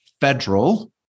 Federal